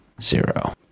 zero